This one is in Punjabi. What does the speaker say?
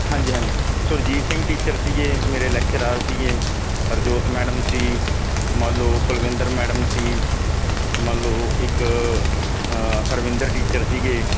ਹਾਂਜੀ ਹਾਂਜੀ ਸੁਰਜੀਤ ਸਿੰਘ ਟੀਚਰ ਸੀਗੇ ਮੇਰੇ ਲੈਕਚਰਰ ਸੀਗੇ ਹਰਜੋਤ ਮੈਡਮ ਸੀ ਮਨ ਲਓ ਕੁਲਵਿੰਦਰ ਮੈਡਮ ਸੀ ਮੰਨ ਲਓ ਇੱਕ ਹਰਵਿੰਦਰ ਟੀਚਰ ਸੀਗੇ